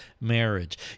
marriage